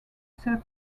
their